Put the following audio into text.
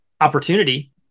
opportunity